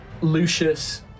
Lucius